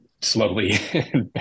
slowly